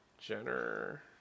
Jenner